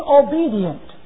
obedient